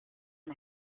and